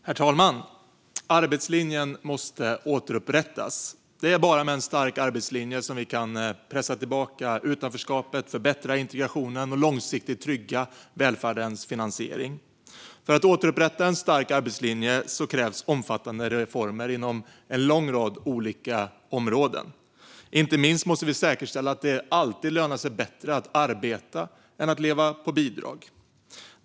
Herr talman! Arbetslinjen måste återupprättas. Det är bara med en stark arbetslinje som vi kan pressa tillbaka utanförskapet, förbättra integrationen och långsiktigt trygga välfärdens finansiering. För att återupprätta en stark arbetslinje krävs omfattande reformer på en lång rad områden. Inte minst måste vi säkerställa att det alltid ska löna sig bättre att arbeta än att leva på bidrag.